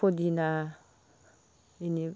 पुदिना बिनि